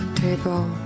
table